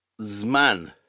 zman